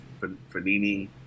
Fanini